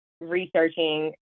researching